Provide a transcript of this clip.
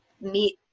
meet